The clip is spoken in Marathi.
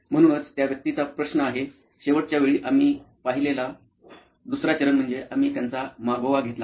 म्हणूनच त्या व्यक्तीचा प्रश्न आहे शेवटच्या वेळी आम्ही पाहिलेला दुसरा चरण म्हणजे आम्ही त्यांचा मागोवा घेतला